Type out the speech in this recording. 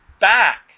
back